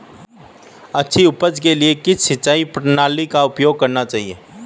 अच्छी उपज के लिए किस सिंचाई प्रणाली का उपयोग करना चाहिए?